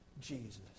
Jesus